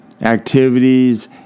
activities